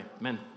Amen